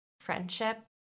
friendship